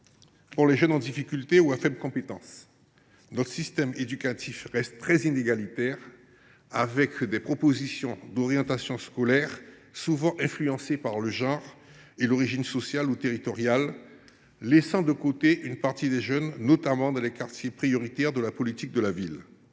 nombre de jeunes en difficulté ou à faible compétence. Notre système éducatif reste très inégalitaire, avec des propositions d’orientation scolaire souvent influencées par le genre et l’origine sociale ou territoriale, ce qui laisse de côté une partie des jeunes, notamment dans les quartiers prioritaires de la politique de la ville.